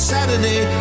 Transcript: Saturday